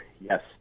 Yes